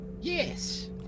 Yes